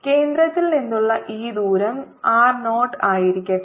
കേന്ദ്രത്തിൽ നിന്നുള്ള ഈ ദൂരം r 0 ആയിരിക്കട്ടെ